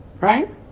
Right